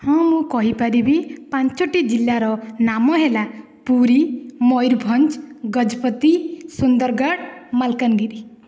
ହଁ ମୁଁ କହିପାରିବି ପାଞ୍ଚଟି ଜିଲ୍ଲା ର ନାମ ହେଲା ପୁରୀ ମୟୂରଭଞ୍ଜ ଗଜପତି ସୁନ୍ଦରଗଡ଼ ମାଲକାନଗିରି